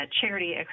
charity